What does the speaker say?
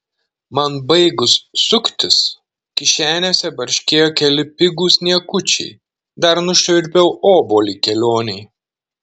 man baigus suktis kišenėse barškėjo keli pigūs niekučiai dar nušvilpiau obuolį kelionei